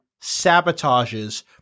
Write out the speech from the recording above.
sabotages